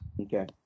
Okay